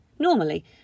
Normally